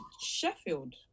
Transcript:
Sheffield